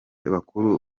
bakuru